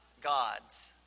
God's